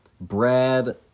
Brad